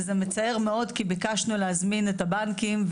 וזה מצער מאוד כי ביקשנו להזמין את הבנקים,